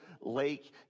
lake